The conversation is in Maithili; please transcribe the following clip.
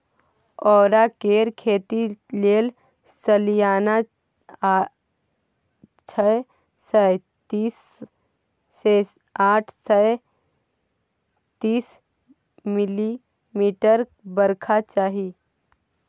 औरा केर खेती लेल सलियाना छअ सय तीस सँ आठ सय तीस मिलीमीटर बरखा चाही